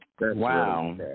Wow